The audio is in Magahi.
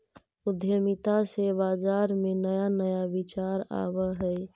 उद्यमिता से बाजार में नया नया विचार आवऽ हइ